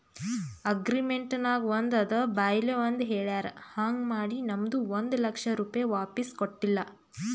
agreement ನಾಗ್ ಒಂದ್ ಅದ ಬಾಯ್ಲೆ ಒಂದ್ ಹೆಳ್ಯಾರ್ ಹಾಂಗ್ ಮಾಡಿ ನಮ್ದು ಒಂದ್ ಲಕ್ಷ ರೂಪೆ ವಾಪಿಸ್ ಕೊಟ್ಟಿಲ್ಲ